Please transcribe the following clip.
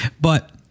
But-